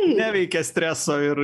neveikia streso ir